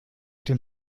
dem